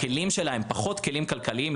הכלים שלה הם פחות כלים כלכליים.